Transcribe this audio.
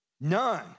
None